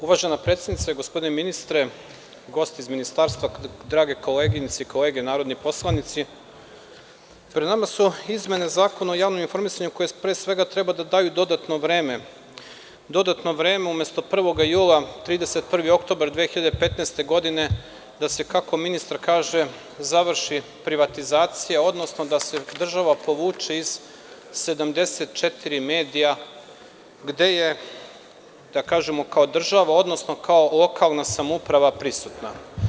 Uvažena predsednice, gospodine ministre, gosti iz ministarstva, drage koleginice i kolege narodni poslanici, pred nama su izmene Zakona o javnom informisanju koje, pre svega, treba da daju dodatno vreme, umesto 1. jula 31. oktobar 2015. godine, da se, kako ministar kaže, završi privatizacija, odnosno da se država povuče iz 74 medija gde je kao država, odnosno kao lokalna samouprava prisutna.